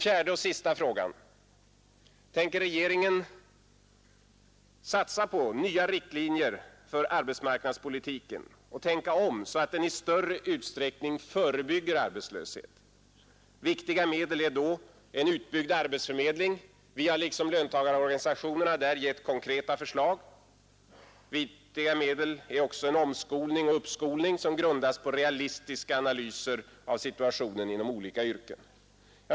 För det fjärde: Vill regeringen satsa på nya riktlinjer för arbetsmarknadspolitiken och tänka om, så att den i större utsträckning förebygger arbetslöshet? Ett viktigt medel är då en utbyggd arbetsförmedling. Vi har liksom löntagarorganisationerna där gett konkreta förslag. Viktiga medel är också en omskolning och uppskolning, som grundas på realistiska analyser av situationen inom olika yrken.